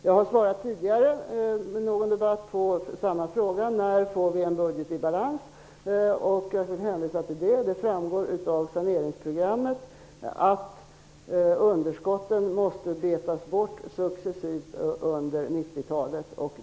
Jag har svarat tidigare i någon debatt på frågan när vi får en budget i balans, och jag kan hänvisa till det. Det framgår av saneringsprogrammet att underskotten måste betas av successivt under 90 talet.